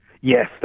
Yes